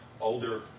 older